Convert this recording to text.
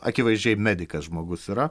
akivaizdžiai medikas žmogus yra